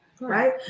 right